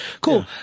Cool